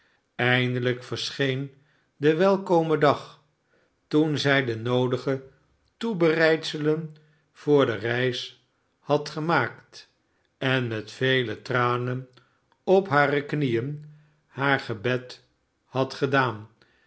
eindelijk verscheen de welkome dag toen zij de noodige toebereidselen voor de reis had gemaakt en met vele tranen op hare knieen haar gebed had gedaan